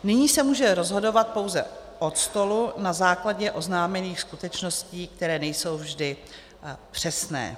Nyní se může rozhodovat pouze od stolu na základě oznámených skutečností, které nejsou vždy přesné.